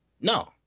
No